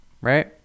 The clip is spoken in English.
right